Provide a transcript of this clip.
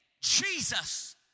Jesus